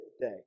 day